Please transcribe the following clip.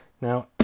Now